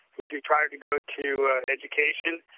he's required to go to education.